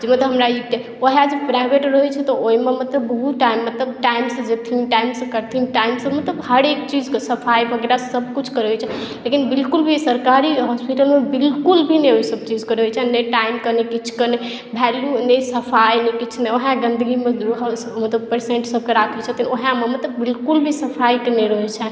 तैयौ तऽ हमरा ई वएह जे प्राइवेट रहय छै तऽ ओइमे मतलब बहुत टाइम मतलब टाइमसँ जेथिन टाइमसँ करथिन टाइमसँ मतलब हरेक चीजके सब सफाइ वगैरह सब किछु करय छथिन लेकिन बिलकुल भी सरकारी हॉस्पिटलमे बिलकुल भी नहि ओइ सब चीजके रहय छन्हि ने टाइमके ने किछुके ने वेल्यू ने सफाइ ने किछु ने वएह गन्दगीमे रहल ओतऽ पेशेन्ट सबके राखय छथिन वएहमे मतलब बिलकुल भी सफाइके नहि रहय छन्हि